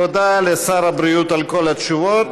תודה לשר הבריאות על כל התשובות.